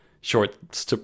short